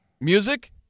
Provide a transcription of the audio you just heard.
music